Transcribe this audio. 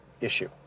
issue